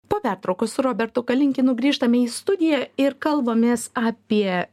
po pertraukos su robertu kalinkinu grįžtame į studiją ir kalbamės apie